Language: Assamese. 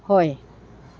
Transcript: হয়